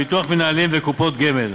ביטוח מנהלים וקופות גמל.